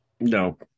no